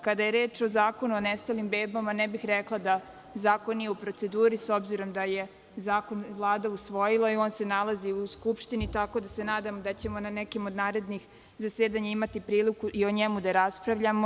Kada je reč o Zakonu o nestalim bebama, ne bih rekla da zakon nije u proceduri s obzirom da je zakon Vlada usvojila i on se nalazi u Skupštini, tako da se nadam da ćemo na nekim od narednih zasedanja imati priliku i o njemu da raspravljamo.